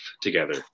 together